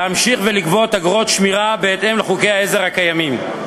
להמשיך ולגבות אגרות שמירה בהתאם לחוקי העזר הקיימים.